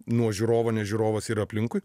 nuo žiūrovo nes žiūrovas yra aplinkui